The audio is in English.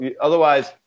Otherwise –